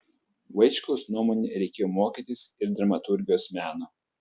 vaičkaus nuomone reikėjo mokytis ir dramaturgijos meno